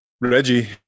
Reggie